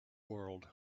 world